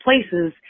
places